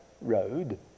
road